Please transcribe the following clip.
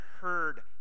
heard